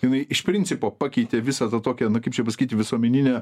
jinai iš principo pakeitė visą tą tokią na kaip čia pasakyti visuomeninę